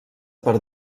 per